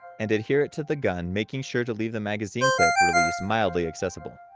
and adhere it to the gun making sure to leave the magazine clip release mildly accessible.